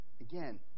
again